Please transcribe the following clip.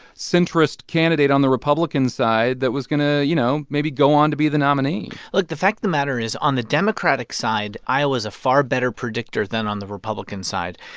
centrist candidate on the republican side that was going to, you know, maybe go on to be the nominee look the fact of the matter is on the democratic side, iowa's a far better predictor than on the republican side.